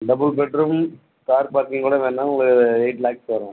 double bedroom car பார்க்கிங்யோட வேணும்ன்னா ஒரு எயிட் லாக்ஸ் வரும்